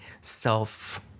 self